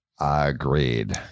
Agreed